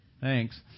Thanks